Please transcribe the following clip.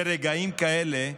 ברגעים כאלה,